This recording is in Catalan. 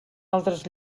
altres